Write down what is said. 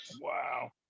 Wow